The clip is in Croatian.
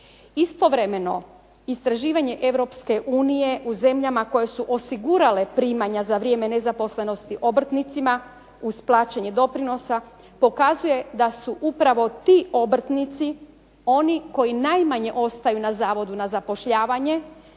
Istovremeno istraživanje Europske unije u zemljama koje su osigurale primanja za vrijeme nezaposlenosti obrtnicima uz plaćanje doprinosa pokazuje da su upravo ti obrtnici oni koji najmanje ostaju na Zavodu za zapošljavanje,